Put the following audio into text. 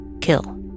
kill